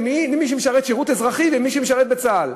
למי שמשרת שירות אזרחי ולמי שמשרת בצה"ל.